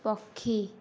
ପକ୍ଷୀ